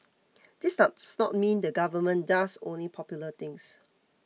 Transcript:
this does not mean the government does only popular things